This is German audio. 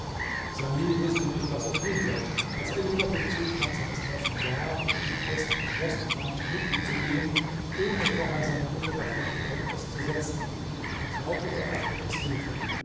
salih wußte nicht was er tun sollte als er jedoch den zustand seines neffen sah und ihn fest entschlossen fand mit ihm zu gehen ohne vorher seine mutter davon in kenntnis zu setzen vertraute er auf gottes hilfe